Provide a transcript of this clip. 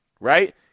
right